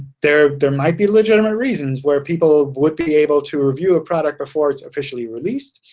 there there might be legitimate reasons where people ah would be able to review a product before it's officially released.